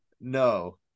No